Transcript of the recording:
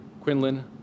Quinlan